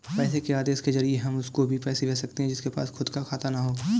पैसे के आदेश के जरिए हम उसको भी पैसे भेज सकते है जिसके पास खुद का खाता ना हो